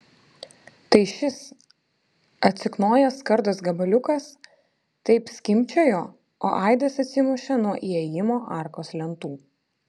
tai šis atsiknojęs skardos gabaliukas taip skimbčiojo o aidas atsimušė nuo įėjimo arkos lentų